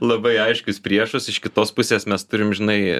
labai aiškius priešus iš kitos pusės mes turim žinai